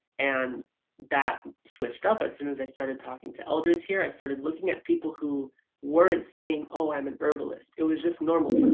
and that switched up as soon as i started talking to elders here. i started looking at people who weren't saying, oh i'm an herbalist. it was just normal for them.